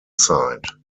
site